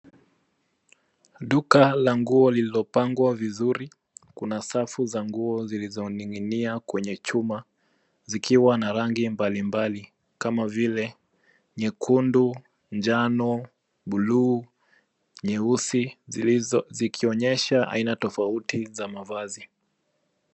Duka la nguo lililopangwa vizuri. Kuna safu za nguo zilizoning'inia kwenye chuma zikiwa na rangi mbalimbali kama vile nyekundu, njano, buluu, nyeusi zikionyesha aina tofauti za mavazi.